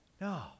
No